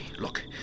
Look